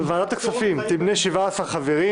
ועדת הכספים תמנה 17 חברים: